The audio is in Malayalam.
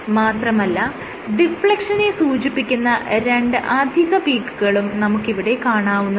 മാത്രമല്ല ഡിഫ്ലെക്ഷനെ സൂചിപ്പിക്കുന്ന രണ്ട് അധിക പീക്കുകളും നമുക്കിവിടെ കാണാവുന്നതാണ്